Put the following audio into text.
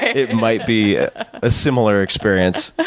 it might be a similar experience.